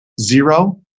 zero